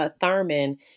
Thurman